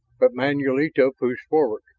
but manulito pushed forward.